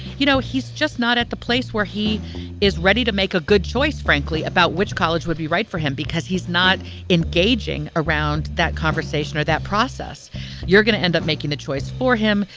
you know, he's just not at the place where he is ready to make a good choice, frankly, about which college would be right for him because he's not engaging around that conversation or that process you're going to end up making the choice for him.